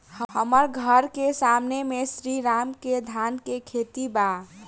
हमर घर के सामने में श्री राम के धान के खेत बा